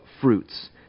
fruits